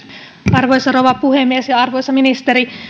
arvoisa rouva puhemies arvoisa ministeri